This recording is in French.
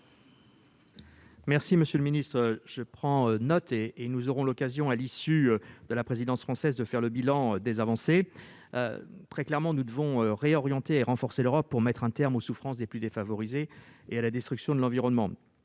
remercie, monsieur le ministre : je prends note de votre engagement, et nous aurons l'occasion, à l'issue de la présidence française, de faire le bilan des avancées. Très clairement, nous devons réorienter l'Europe et la renforcer pour mettre un terme aux souffrances des plus défavorisés et à la destruction de l'environnement.